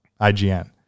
IGN